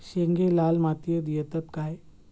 शेंगे लाल मातीयेत येतत काय?